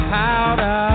powder